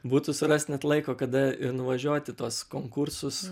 būtų surast net laiko kada ir nuvažiuot į tuos konkursus